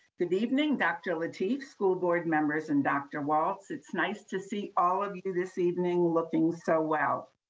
good evening dr. lateef school board members and dr. walts. it's nice to see all of you this evening looking so well.